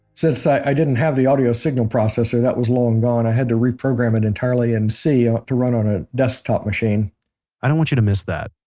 since i didn't have the audio signal processor, that was long gone, i had to reprogram it entirely in and c ah to run on a desktop machine i don't want you to miss that.